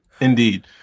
Indeed